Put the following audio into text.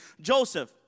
Joseph